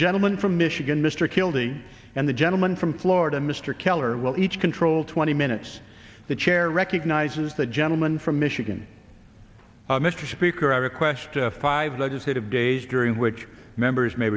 gentleman from michigan mr kildee and the gentleman from florida mr keller will each control twenty minutes the chair recognizes the gentleman from michigan mr speaker i request five legislative days during which members may